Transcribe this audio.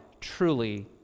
truly